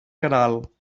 queralt